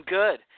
good